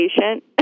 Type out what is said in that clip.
patient